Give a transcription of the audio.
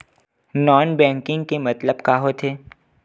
Non banking के मतलब का होथे?